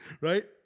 right